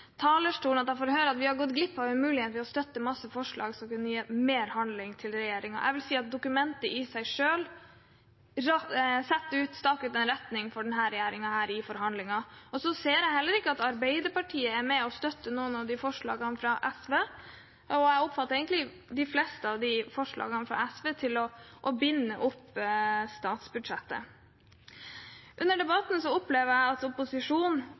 talerstolen da jeg fikk høre at vi har gått glipp av en mulighet – ved å støtte en masse forslag som kunne gitt mer handling til regjeringen. Jeg vil si at dokumentet i seg selv staker ut en retning for denne regjeringen i forhandlinger. Jeg ser heller ikke at Arbeiderpartiet er med på å støtte noen av forslagene fra SV, og jeg oppfatter egentlig at de fleste av de forslagene fra SV binder opp statsbudsjettet. Under debatten opplever jeg at opposisjonen